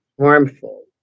harmful